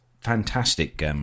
fantastic